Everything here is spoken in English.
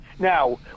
Now